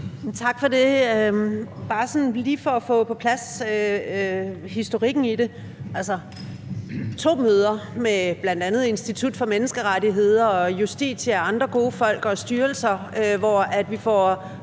Tak for det. Bare sådan lige for at få historikken i det på plads: To møder med bl.a. Institut for Menneskerettigheder og Justitia og andre gode folk og styrelser, hvor vi får